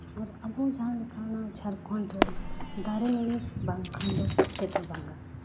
ᱟᱨ ᱟᱵᱚ ᱡᱟᱦᱟᱸ ᱞᱮᱠᱟᱱᱟᱜ ᱡᱷᱟᱲᱠᱷᱚᱸᱰ ᱨᱮ ᱫᱟᱨᱮ ᱱᱟᱹᱲᱤ ᱵᱟᱝᱠᱷᱟᱱ ᱫᱚ ᱪᱮᱫ ᱦᱚᱸ ᱵᱟᱝᱟ